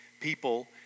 people